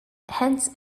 hence